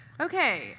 Okay